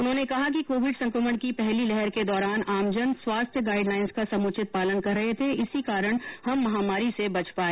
उन्होंने कहा कि कोविड संक्रमण की पहली लहर के दौरान आमजन स्वास्थ्य गाइडलाइन्स का समुचित पालन कर रहे थे इसी कारण हम महामारी से बच पाए